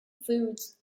foods